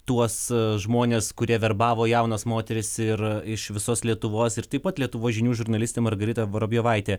tuos žmones kurie verbavo jaunas moteris ir iš visos lietuvos ir taip pat lietuvos žinių žurnalistė margarita vorobjovaitė